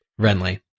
Renly